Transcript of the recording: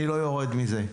אני לא יורד מזה.